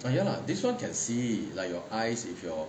so ya lah this [one] can see like your eyes if you